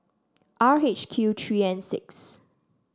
R H Q three N six